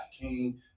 King